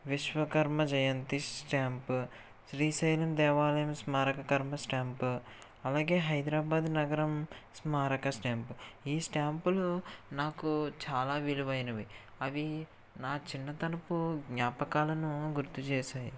Vishwakarma Jayanti stamp Srisailam దేవాలయం స్మారక కర్మ స్టాంపు అలాగే హైదరాబాద్ నగరం స్మారక స్టాంపు ఈ స్టాంపులు నాకు చాలా విలువైనవి అవి నా చిన్నతనపు జ్ఞాపకాలను గుర్తు చేసాయి